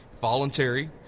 Voluntary